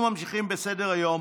ממשיכים בסדר-היום.